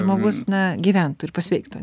žmogus na gyventų ir pasveiktų